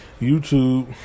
YouTube